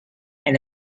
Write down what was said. and